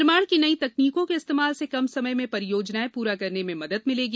निर्माण की नई तकनीकों के इस्तेमाल से कम समय में परियोजनाएं पूरा करने में मदद मिलेगी